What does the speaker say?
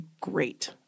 great